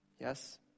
Yes